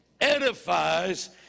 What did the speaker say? edifies